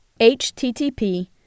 HTTP